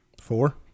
Four